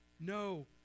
No